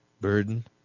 Burden